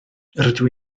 rydw